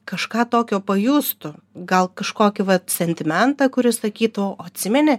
kažką tokio pajustų gal kažkokį sentimentą kuris sakytų o atsimeni